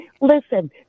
Listen